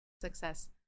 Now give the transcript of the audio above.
success